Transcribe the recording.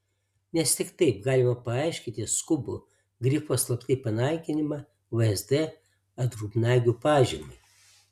nes tik taip galima paaiškinti skubų grifo slaptai panaikinimą vsd atgrubnagių pažymai